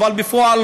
אבל בפועל,